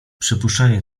przypuszczenie